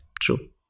true